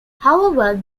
however